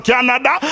Canada